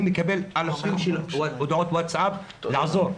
אני מקבל אלפי הודעות ווטאסאפ לעזור.